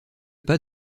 pas